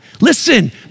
Listen